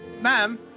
ma'am